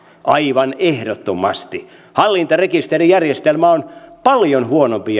aivan ehdottomasti hallintarekisterijärjestelmä on paljon huonompi